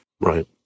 Right